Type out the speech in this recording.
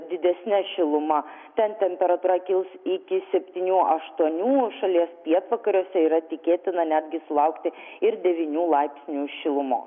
didesne šiluma ten temperatūra kils iki septynių aštuonių šalies pietvakariuose yra tikėtina netgi sulaukti ir devynių laipsnių šilumos